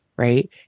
Right